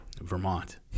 Vermont